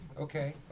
Okay